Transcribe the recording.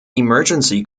emergency